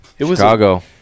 Chicago